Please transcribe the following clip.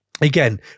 Again